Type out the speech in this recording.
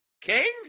king